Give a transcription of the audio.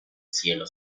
cielo